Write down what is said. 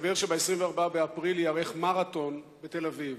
מסתבר שב-24 באפריל ייערך מרתון בתל-אביב,